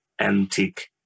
antique